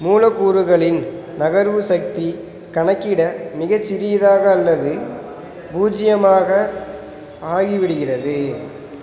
மூலக்கூறுகளின் நகர்வு சக்தி கணக்கிட மிகச் சிறியதாக அல்லது பூஜ்ஜியமாக ஆகிவிடுகிறது